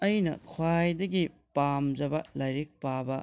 ꯑꯩꯅ ꯈ꯭ꯋꯥꯏꯗꯒꯤ ꯄꯥꯝꯖꯕ ꯂꯥꯏꯔꯤꯛ ꯄꯥꯕ